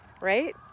right